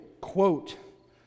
quote